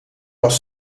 was